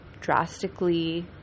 drastically